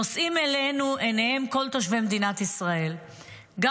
כל תושבי מדינת ישראל נושאים אלינו עיניהם,